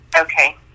Okay